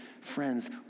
Friends